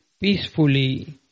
peacefully